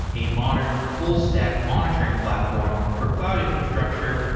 a modern, full-stack monitoring platform for cloud infrastructure,